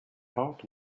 heart